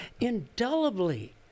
indelibly